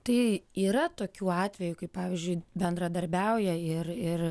tai yra tokių atvejų kai pavyzdžiui bendradarbiauja ir ir